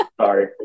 sorry